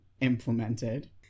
implemented